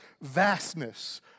vastness